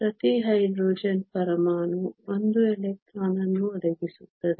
ಪ್ರತಿ ಹೈಡ್ರೋಜನ್ ಪರಮಾಣು 1 ಎಲೆಕ್ಟ್ರಾನ್ ಅನ್ನು ಒದಗಿಸುತ್ತದೆ